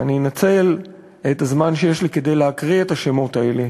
ואנצל את הזמן שיש לי כדי להקריא את השמות האלה,